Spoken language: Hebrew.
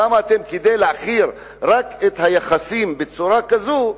כדי להעכיר את היחסים בצורה כזאת,